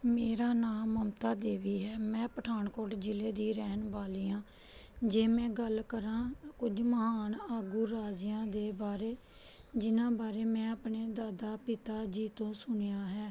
ਮੇਰਾ ਨਾਮ ਮਮਤਾ ਦੇਵੀ ਹੈ ਮੈਂ ਪਠਾਨਕੋਟ ਜ਼ਿਲ੍ਹੇ ਦੀ ਰਹਿਣ ਵਾਲੀ ਹਾਂ ਜੇ ਮੈਂ ਗੱਲ ਕਰਾਂ ਕੁਝ ਮਹਾਨ ਆਗੂ ਰਾਜਿਆਂ ਦੇ ਬਾਰੇ ਜਿਹਨਾਂ ਬਾਰੇ ਮੈਂ ਆਪਣੇ ਦਾਦਾ ਪਿਤਾ ਜੀ ਤੋਂ ਸੁਣਿਆ ਹੈ